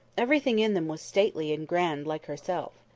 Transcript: everything in them was stately and grand like herself.